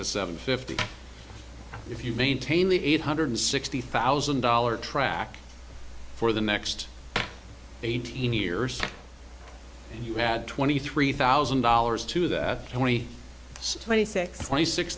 to seven fifty if you maintain the eight hundred sixty thousand dollar track for the next eighteen years and you had twenty three thousand dollars to that twenty six twenty six